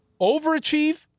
overachieve